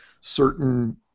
certain